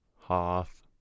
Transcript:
Hoth